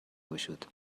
گشود